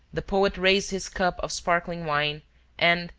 the poet raised his cup of sparkling wine and,